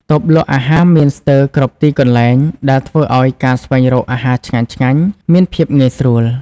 តូបលក់អាហារមានស្ទើរគ្រប់ទីកន្លែង ដែលធ្វើឲ្យការស្វែងរកអាហារឆ្ងាញ់ៗមានភាពងាយស្រួល។